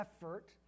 effort